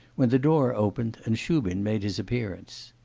when the door opened and shubin made his appearance.